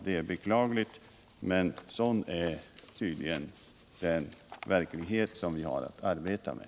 Det är beklagligt, men sådan är tydligen den verklighet vi har att arbeta med.